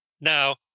now